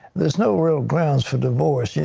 there's no real grounds for divorce. yeah